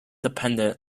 dependent